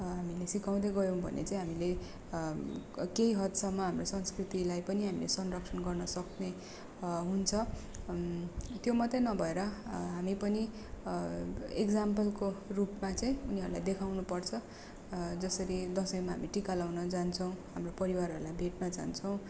हामीले सिकाउँदै गयौँ भने चाहिँ हामीले केही हदसम्म हाम्रो संस्कृतिलाई पनि हामीले संरक्षण गर्नसक्ने हुन्छ त्यो मात्रै नभएर हामी पनि इक्जाम्पलको रूपमा चाहिँ उनीहरूलाई देखाउनु पर्छ जसरी दसैँमा हामी टिका लाउन जान्छौँ हाम्रो परिवारहरूलाई भेट्न जान्छौँ